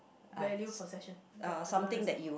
value possession I don't understand